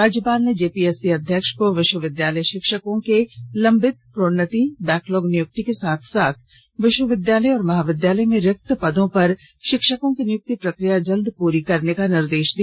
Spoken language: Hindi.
राज्यपाल ने जेपीएससी अध्यक्ष को विश्वविद्यालय शिक्षकों के लंबित प्रोन्नति बैकलॉग नियुक्ति के साथ साथ विश्वविद्यालय और महाविद्यालय में रिक्त पदों पर शिक्षकों की नियुक्ति प्रकिया जल्द पूरी करने का निर्देष दिया